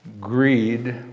greed